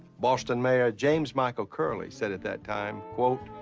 boston mayor james michael curley said at that time quote,